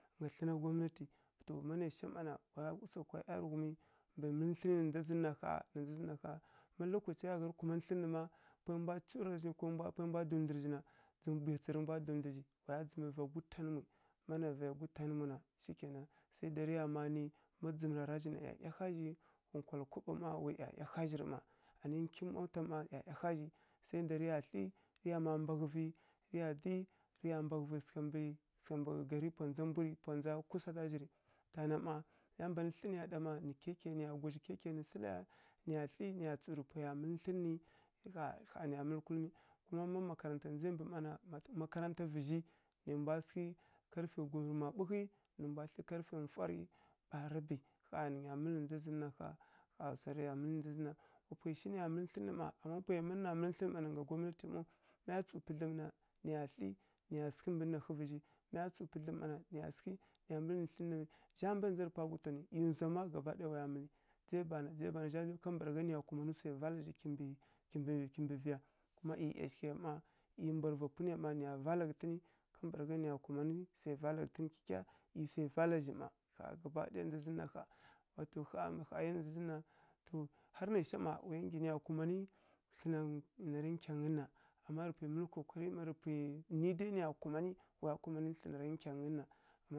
Tlǝn gwamnati to mana sǝghi ya ma na waya usakowa ˈyarughumi mbǝ mǝl tlǝn yi na ndzazǝ nna kha ndzazǝ nna kha tun lɔkachiyarya kuman tlǝn ri ma tǝmbwa tura zhi mbǝ mbǝ bwuyatsi rǝmbwa duglǝ zhi waya dzǝm va gwutanǝ mwi mana vaya gwutanǝ mwuna shikyainan sai da riya ma ni ma dzǝm rara na ˈyaˈyaha zhi ani nki mota ˈma ˈyaˈyaha zhi ma sai da riya tli riya ma mbaghǝvi sǝghǝ mbǝ gari pwa nza mbwi ri kusǝ gha kazhir a mbani tli niya ɗa nǝ kyaikyai niya gwazhi nǝ sǝla ya niys tli niya tsu nrǝ npwaiya mǝlǝ tlǝn ri kha niya mǝl kulum kuma ma makaranta ndza ya mbǝ mana makaranta vǝzhi nai mbwa sǝghi karfai gwumǝrǝma ɓwughi nǝ mbwa tli karfai mfwari ɓa rabi kha ninya mǝl na ndza zi nna wa pwaimshǝ naiya mǝl ytlǝn ri na ndza zǝ nna amma nga gwamnati ɓau maya tsu pǝdlǝm na niya tli niya sǝghi mbǝ nina zha mbanǝ ndza rǝ pwa gwutanu do tlǝna khǝngyi gabaɗaya waya mǝli kha riya dzai bazha kambǝragha niya kumani wsairǝ vala zhi kimbǝ ghi ya kumaˈyi ˈyashǝgha ˈmai ˈyashǝgha mbwa ri wva mpwunǝya niya vala ghǝtǝn kambǝragha nioya kumanǝ wsai vala ghǝtǝn kyikya ˈyi zhima gabaɗay na ndza zǝ nǝna kha wato khayi na ndza zǝnan har naisah waya ngi niya kumani tlǝna ra nkyangyi nina wayi rǝ pwi mǝlǝ kokari amma niya nyi dai niya kumani nioya kumani tlǝna ra nkyanghyi nina.